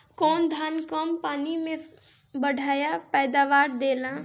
कौन धान कम पानी में बढ़या पैदावार देला?